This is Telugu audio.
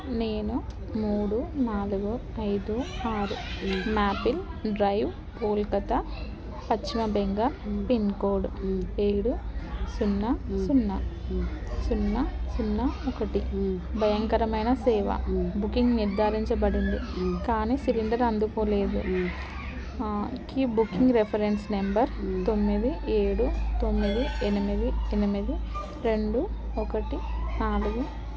నేను మూడు నాలుగు ఐదు ఆరు maple drive Kolkata Paschim Bengal pincode ఏడు సున్నా సున్నా సున్నా సున్నా ఒకటి భయంకరమైన సేవ బుకింగ్ నిర్ధారించబడింది కానీ సిలిండర్ అందుకోలేదు కీ బుకింగ్ రెఫరెన్స్ నెంబర్ తొమ్మిది ఏడు తొమ్మిది ఎనిమిది ఎనిమిది రెండు ఒకటి నాలుగు